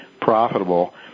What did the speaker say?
profitable